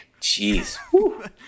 jeez